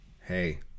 hey